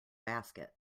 basket